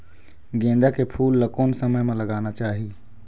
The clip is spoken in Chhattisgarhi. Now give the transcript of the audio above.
गेंदा के फूल ला कोन समय मा लगाना चाही?